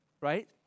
right